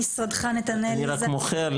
אני רק מוחה על